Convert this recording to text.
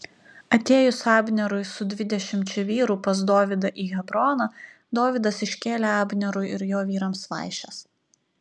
atėjus abnerui su dvidešimčia vyrų pas dovydą į hebroną dovydas iškėlė abnerui ir jo vyrams vaišes